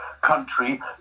country